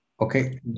okay